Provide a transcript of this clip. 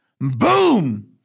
Boom